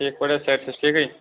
ٹھیٖک پٲٹھۍ حظ صحت چھِ حظ ٹھیٖکٕے